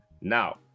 now